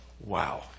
Wow